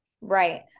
Right